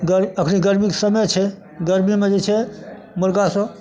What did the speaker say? ग अखनि गर्मीके समय छै गर्मीमे जे छै मुर्गा सब